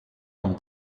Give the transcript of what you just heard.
dan